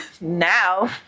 Now